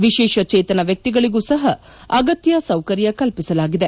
ವಿಶೇಷಚೇತನ ವ್ಯಕ್ತಿಗಳಿಗೂ ಸಪ ಅಗತ್ಯ ಸೌಕರ್ಯ ಕಲ್ಪಿಸಲಾಗಿದೆ